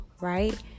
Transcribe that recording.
right